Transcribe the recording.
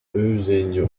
eugenio